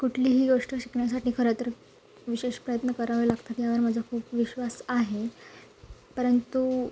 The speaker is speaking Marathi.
कुठलीही गोष्ट शिकण्यासाठी खरं तर विशेष प्रयत्न करावे लागतात यावर माझा खूप विश्वास आहे परंतु